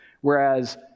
Whereas